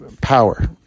power